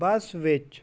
ਬੱਸ ਵਿੱਚ